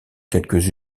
quelques